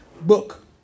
book